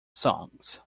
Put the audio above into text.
songs